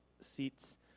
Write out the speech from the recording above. seats